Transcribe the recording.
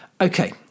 Okay